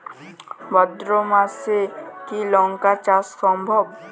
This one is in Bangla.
ভাদ্র মাসে কি লঙ্কা চাষ সম্ভব?